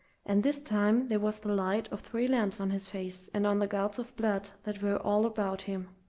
and this time there was the light of three lamps on his face and on the gouts of blood that were all about him,